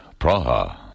Praha